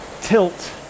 tilt